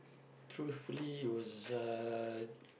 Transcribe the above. truthfully it was uh